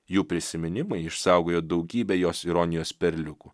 jų prisiminimai išsaugojo daugybę jos ironijos perliukų